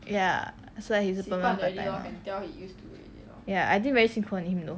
ya that's why he's super long time ya I think very 辛苦 on him you know